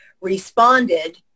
responded